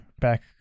back